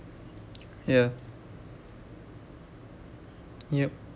yeah yup